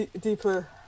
deeper